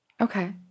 Okay